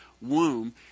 womb